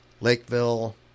Lakeville